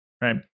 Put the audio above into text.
right